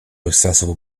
accessible